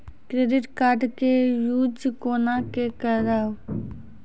Credit card के use कोना के करबऽ?